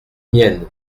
miennes